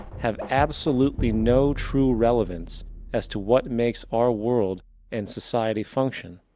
have absolutely no true relevance as to what makes our world and society function.